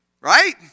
Right